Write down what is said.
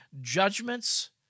judgments